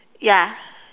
ya